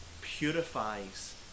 purifies